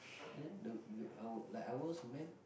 then the like ours men